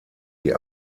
die